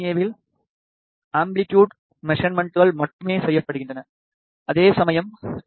ஏவில் amplitude மெஷர்மென்ட்கள் மட்டுமே செய்யப்படுகின்றன அதேசமயம் வி